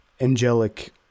angelic